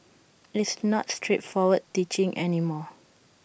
it's not straightforward teaching any more